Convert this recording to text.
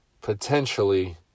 potentially